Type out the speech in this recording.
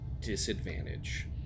disadvantage